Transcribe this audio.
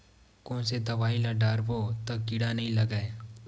कोन से दवाई ल डारबो त कीड़ा नहीं लगय?